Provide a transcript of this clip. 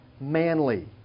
manly